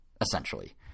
essentially